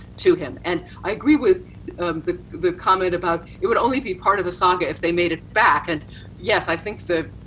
to him. and i agree with the the comment about it would only be part of the saga if they made it back. and yes i think the,